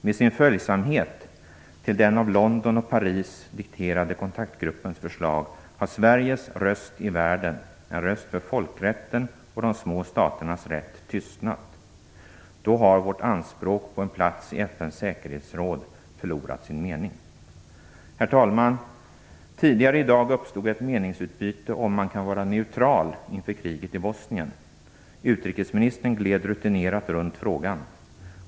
Med sin följsamhet till den av London och Paris dikterade kontaktgruppens förslag har Sveriges röst i världen, en röst för folkrätten och de små staternas rätt, tystnat. Då har vårt anspråk på en plats i FN:s säkerhetsråd förlorat sin mening. Herr talman! Tidigare i dag uppstod ett meningsutbyte kring frågan om man kan vara neutral inför kriget i Bosnien. Utrikesministern gled rutinerat runt frågan.